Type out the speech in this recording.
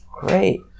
Great